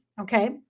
okay